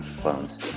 clones